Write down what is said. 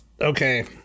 okay